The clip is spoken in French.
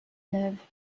neuves